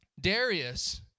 Darius